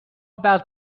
about